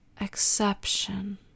exception